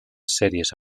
series